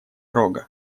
рога